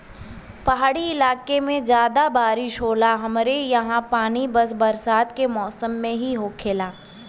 पहाड़ी इलाके में जादा बारिस होला हमरे ईहा पानी बस बरसात के मौसम में ही होखेला